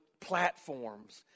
platforms